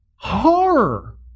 horror